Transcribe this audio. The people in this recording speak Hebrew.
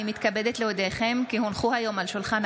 אני קובע כי החוק למניעת